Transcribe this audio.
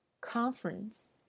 conference